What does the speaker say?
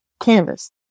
canvas